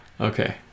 okay